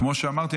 כמו שאמרתי,